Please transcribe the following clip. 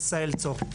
עשאל צור.